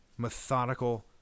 methodical